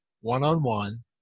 one-on-one